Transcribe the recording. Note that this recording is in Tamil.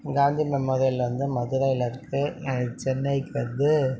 காந்தி மெமோரியல் வந்து மதுரையில் இருக்குது சென்னைக்கு வந்து